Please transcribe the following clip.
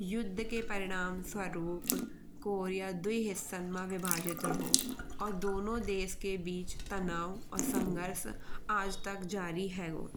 युद्ध के परिणाम स्वरूप कोरिया दुई हिस्सन मा विभाजित रहो। और दोनो देश के बिच तनाव और संघर्ष आज तक जारी हेगो।